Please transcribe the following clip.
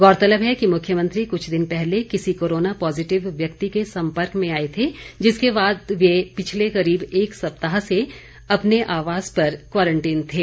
गौरतलब है कि मुख्यमंत्री कुछ दिन पहले किसी कोरोना पॉजिटिव व्यक्ति के संपर्क में आए थे जिसके बाद वे पिछले करीब एक सप्ताह से अपने आवास पर क्वारंटीन थे